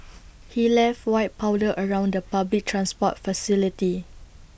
he left white powder around the public transport facility